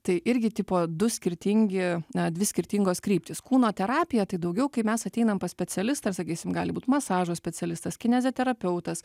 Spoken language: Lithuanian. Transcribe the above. tai irgi tipo du skirtingi na dvi skirtingos kryptys kūno terapija tai daugiau kai mes ateinam pas specialistą ir sakysim gali būt masažo specialistas kineziterapeutas